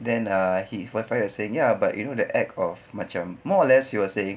then ah he wafan was saying ya but you know the act of macam more or less you're saying